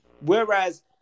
Whereas